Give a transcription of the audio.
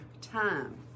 time